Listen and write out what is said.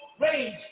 rage